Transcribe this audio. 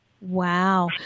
Wow